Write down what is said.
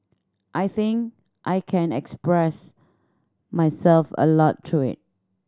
I think I can express myself a lot through it